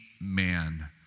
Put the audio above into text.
man